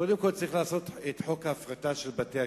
קודם כול צריך לעשות את חוק ההפרטה של בתי-הכלא,